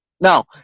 now